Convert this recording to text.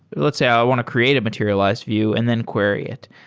let's say i want to create a materialized view and then query it.